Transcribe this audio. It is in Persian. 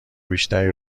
بیشتری